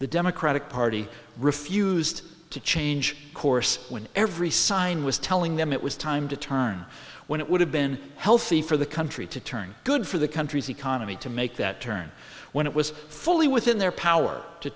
the democratic party refused to change course when every sign was telling them it was time to turn when it would have been healthy for the country to turn good for the country's economy to make that turn when it was fully within their power to